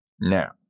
Now